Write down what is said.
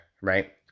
right